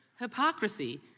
Hypocrisy